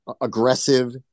aggressive